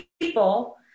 people